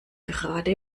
gerade